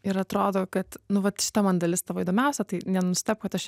ir atrodo kad nu vat šita man dalis tavo įdomiausia tai nenustebk kad aš